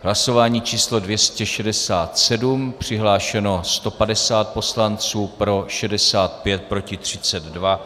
Hlasování číslo 267, přihlášeno 150 poslanců, pro 65, proti 32.